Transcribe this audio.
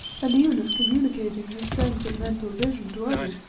and even of communicating her strength of mental vision to others,